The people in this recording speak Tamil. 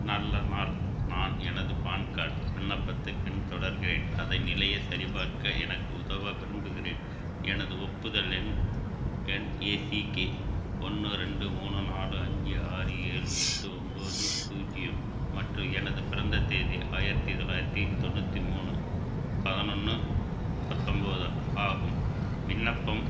நல்ல நாள் நான் எனது பான் கார்ட் விண்ணப்பத்தைப் பின் தொடர்கிறேன் அதன் நிலையை சரிபார்க்க எனக்கு உதவ விரும்புகிறேன் எனது ஒப்புதல் எண் எண் ஏ சி கே ஒன்று ரெண்டு மூணு நாலு அஞ்சு ஆறு ஏழு எட்டு ஒம்போது பூஜ்ஜியம் மற்றும் எனது பிறந்த தேதி ஆயிரத்தி தொள்ளாயிரத்தி தொண்ணூற்றி மூணு பதினொன்று பத்தொம்போது ஆகும் விண்ணப்பம்